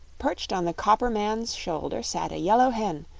perched on the copper man's shoulder sat a yellow hen,